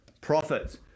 profits